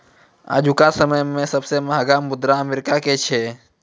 आजुका समय मे सबसे महंगा मुद्रा अमेरिका के छै